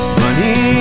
money